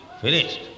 finished